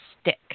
stick